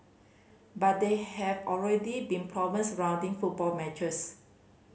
but there have already been problems surrounding football matches